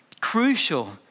crucial